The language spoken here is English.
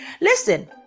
listen